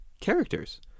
characters